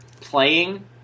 playing